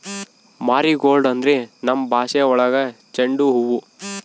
marigold ಅಂದ್ರೆ ನಮ್ ಭಾಷೆ ಒಳಗ ಚೆಂಡು ಹೂವು